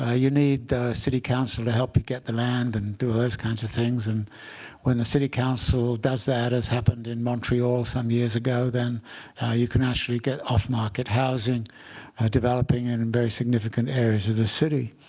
ah you need the city council to help you get the land and do all those kinds of things. and when the city council does that, as happened in montreal some years ago, then you can actually get off-market housing developing and in very significant areas of the city.